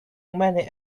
many